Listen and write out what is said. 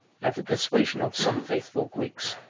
at the persuasion of some faithful greeks,